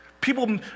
People